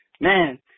Man